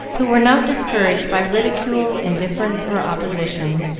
who were not discouraged by ridicule, indifference, or opposition.